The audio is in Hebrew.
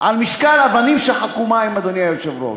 על משקל "אבנים שחקו מים", אדוני היושב-ראש.